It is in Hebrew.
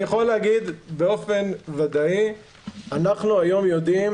אני יכול להגיד באופן ודאי, אנחנו היום יודעים